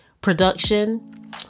production